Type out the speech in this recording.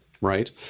right